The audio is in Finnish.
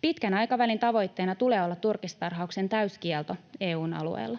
Pitkän aikavälin tavoitteena tulee olla turkistarhauksen täyskielto EU:n alueella.